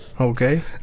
Okay